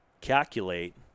calculate